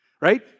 right